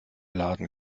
laden